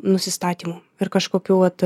nusistatymų ir kažkokių vat